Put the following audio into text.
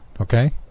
okay